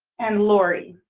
and lori,